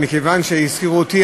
אז מכיוון שהזכירו אותי,